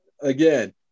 again